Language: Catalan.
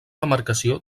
demarcació